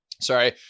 Sorry